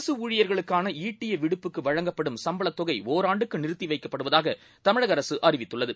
அரசுஊழியர்களுக்கானஈட்டியவிடுப்புவழங்கப்படும் சம்பளத்தொகை ஓராண்டுக்குநிறுத்திவைக்கப்படுவதாக தமிழகஅரசுஅறிவித்துள்ளது